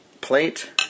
plate